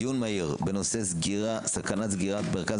דיון מהיר בנושא סכנת סגירת מרכז